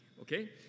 Okay